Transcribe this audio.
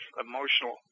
emotional